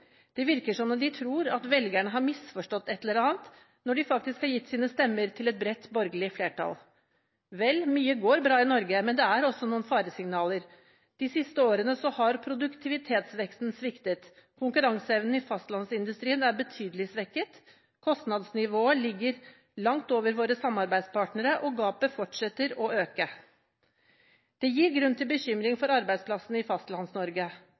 Det virker som om de tror at velgerne har misforstått et eller annet når de faktisk har gitt sine stemmer til et bredt borgerlig flertall. Vel, mye går bra i Norge, men det er også noen faresignaler. De siste årene har produktivitetsveksten sviktet, og konkurranseevnen i fastlandsindustrien er betydelig svekket. Kostnadsnivået ligger langt over våre samarbeidspartneres, og gapet fortsetter å øke. Det gir grunn til bekymring for arbeidsplassene i